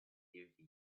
thirty